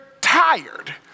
tired